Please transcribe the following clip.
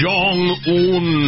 Jong-un